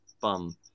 bum